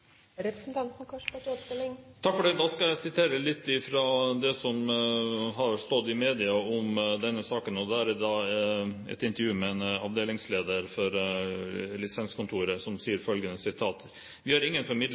Da skal jeg sitere litt fra det som har stått i media om denne saken. I et intervju med en avdelingsleder for lisenskontoret sies følgende: «Vi har ingen